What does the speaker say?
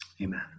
Amen